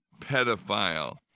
pedophile